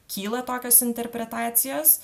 kyla tokios interpretacijos